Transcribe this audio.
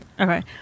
Okay